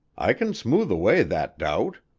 i can smooth away that doubt.